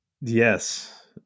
Yes